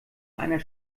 einer